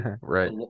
right